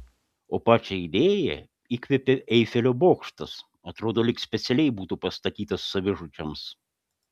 o pačią idėją įkvėpė eifelio bokštas atrodo lyg specialiai būtų pastatytas savižudžiams